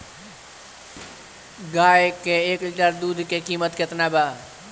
गाए के एक लीटर दूध के कीमत केतना बा?